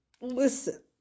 listen